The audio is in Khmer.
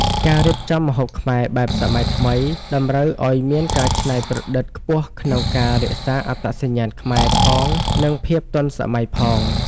ការរៀបចំម្ហូបខ្មែរបែបសម័យថ្មី តម្រូវឱ្យមានការច្នៃប្រឌិតខ្ពស់ក្នុងការរក្សាអត្តសញ្ញាណខ្មែរ ផង និងភាពទាន់សម័យ ផង។